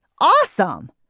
Awesome